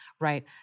right